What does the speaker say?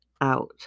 out